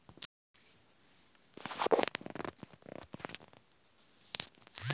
ಜೈವಿಕ ಆಹಾರವು ಸಾವಯವ ಕೃಷಿಯ ಮಾನದಂಡಗಳನ್ನ ಅನುಸರಿಸುವ ವಿಧಾನಗಳಿಂದ ಉತ್ಪತ್ತಿಯಾಗುವ ಆಹಾರ